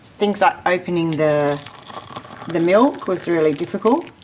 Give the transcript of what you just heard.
things like opening the the milk was really difficult.